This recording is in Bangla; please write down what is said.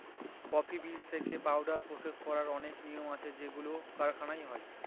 কফি বীজ থেকে পাউডার প্রসেস করার অনেক নিয়ম আছে যেগুলো কারখানায় হয়